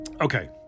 Okay